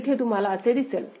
तर इथे तुम्हाला असे दिसेल